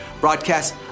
broadcast